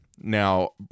now